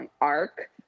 arc